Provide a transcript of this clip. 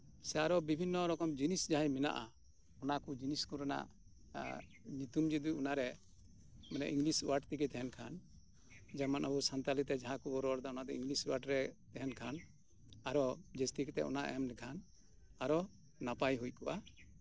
ᱥᱮ ᱟᱨᱚ ᱵᱤᱵᱷᱤᱱᱱᱚ ᱨᱚᱠᱚᱢ ᱟᱨᱚ ᱡᱤᱱᱤᱥ ᱡᱟᱦᱟᱸ ᱢᱮᱱᱟᱜᱼᱟ ᱚᱱᱟ ᱠᱚ ᱡᱤᱱᱤᱥ ᱠᱚ ᱨᱮᱱᱟᱜ ᱧᱩᱛᱩᱢ ᱡᱩᱫᱤ ᱚᱱᱟ ᱨᱮ ᱵᱚᱞᱮ ᱤᱝᱞᱤᱥ ᱚᱣᱟᱨᱰ ᱛᱮᱜᱮ ᱛᱟᱦᱮᱸᱱ ᱠᱷᱟᱱ ᱡᱮᱢᱚᱱ ᱟᱵᱚ ᱥᱟᱱᱛᱟᱞᱤ ᱛᱮ ᱡᱟᱦᱟᱸ ᱵᱚ ᱨᱚᱲᱮᱫᱟ ᱚᱱᱟ ᱫᱚ ᱤᱝᱞᱤᱥ ᱚᱣᱟᱨᱰ ᱨᱮ ᱛᱟᱦᱮᱸᱱ ᱠᱷᱟᱱ ᱟᱨᱚ ᱡᱟᱹᱥᱛᱤ ᱠᱟᱛᱮ ᱚᱱᱟ ᱮᱢ ᱞᱮᱠᱷᱟᱱ ᱟᱨᱚ ᱱᱟᱯᱟᱭ ᱦᱩᱭ ᱠᱚᱜᱼᱟ